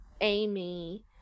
Amy